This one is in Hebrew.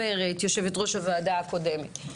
יושבת-ראש הוועדה הקודמת,